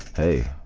hey.